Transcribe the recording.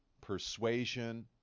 persuasion